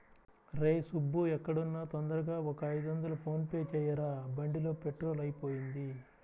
రేయ్ సుబ్బూ ఎక్కడున్నా తొందరగా ఒక ఐదొందలు ఫోన్ పే చెయ్యరా, బండిలో పెట్రోలు అయిపొయింది